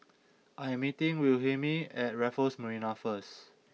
I am meeting Wilhelmine at Raffles Marina first